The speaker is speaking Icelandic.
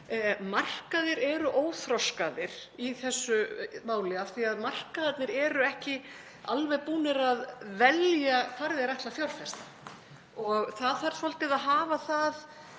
Markaðir eru óþroskaðir í þessu máli af því að markaðirnir eru ekki alveg búnir að velja hvar þeir ætla að fjárfesta. Það þarf svolítið að hafa það